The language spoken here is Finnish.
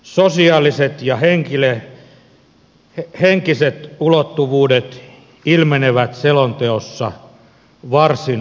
sosiaaliset ja henkiset ulottuvuudet ilmenevät selonteossa varsin ohuina